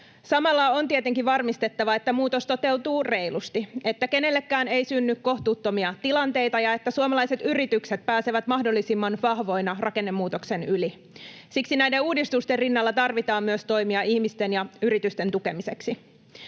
Samalla on tietenkin varmistettava, että muutos toteutuu reilusti, että kenellekään ei synny kohtuuttomia tilanteita ja että suomalaiset yritykset pääsevät mahdollisimman vahvoina rakennemuutoksen yli. Siksi näiden uudistusten rinnalla tarvitaan myös toimia ihmisten ja yritysten tukemiseksi.